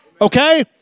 Okay